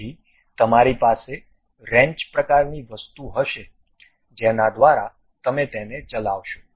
તેથી તમારી પાસે રેંચ પ્રકારની વસ્તુ હશે જેના દ્વારા તમે તેને ચલાવશો